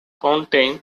contains